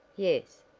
yes,